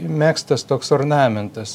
megztas toks ornamentas